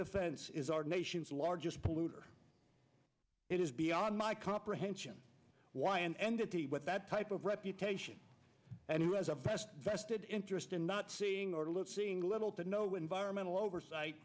defense is our nation's largest polluter it is beyond my comprehension why an entity with that type of reputation and who has a past vested interest in not seeing or looks seeing little to no environmental oversight